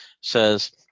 says